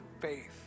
faith